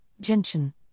gentian